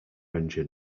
engine